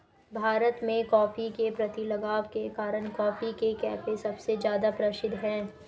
भारत में, कॉफ़ी के प्रति लगाव के कारण, कॉफी के कैफ़े सबसे ज्यादा प्रसिद्ध है